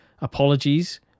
apologies